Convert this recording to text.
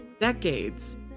decades